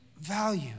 value